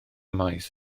maes